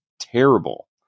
terrible